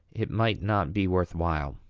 it might not be worth while.